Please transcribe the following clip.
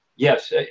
Yes